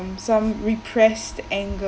some repressed anger